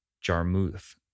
Jarmuth